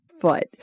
foot